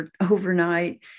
overnight